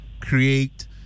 create